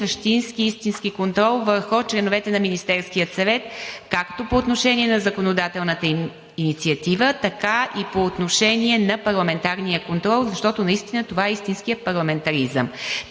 същински, истински контрол върху членовете на Министерския съвет както по отношение на законодателната инициатива, така и по отношение на парламентарния контрол, защото наистина това е истинският парламентаризъм.